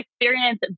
experience